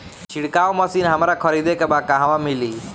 छिरकाव मशिन हमरा खरीदे के बा कहवा मिली?